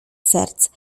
serc